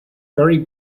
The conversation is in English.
very